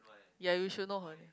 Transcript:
ya you should know her name